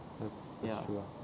that's that's true ah